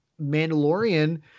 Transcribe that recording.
Mandalorian